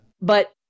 But-